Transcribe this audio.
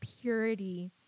purity